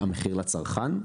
המחיר לצרכן?